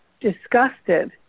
disgusted